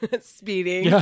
speeding